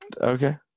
Okay